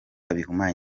bihumanya